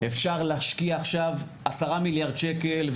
אפשר להשקיע עכשיו 10 מיליארד שקל,